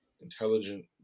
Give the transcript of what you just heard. intelligent